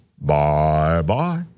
bye-bye